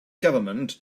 government